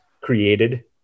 created